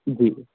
جی